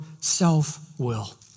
self-will